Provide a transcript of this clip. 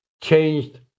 changed